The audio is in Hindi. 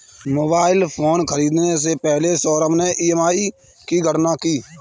मोबाइल फोन खरीदने से पहले सौरभ ने ई.एम.आई की गणना की